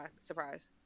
surprise